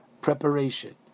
preparation